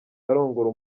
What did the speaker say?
arongora